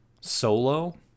solo